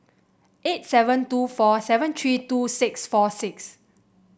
eight seven two four seven three two six four six